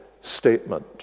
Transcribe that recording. statement